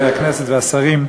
חברות וחברי הכנסת והשרים,